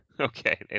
Okay